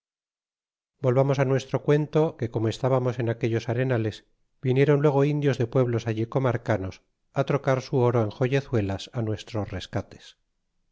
volvamos nuestro cuento que como estabarnos en aquellos arenales viniéron luego indios de pueblos allí comarcanos trocar su oro en joyezuelas nuestros rescates